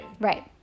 Right